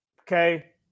okay